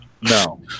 No